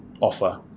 offer